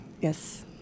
Yes